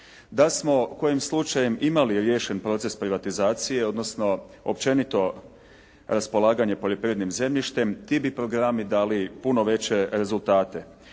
Da smo kojim slučajem imali riješen proces privatizacije odnosno općenito raspolaganje poljoprivrednim zemljištem ti bi programi dali puno veće rezultate.